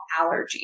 allergies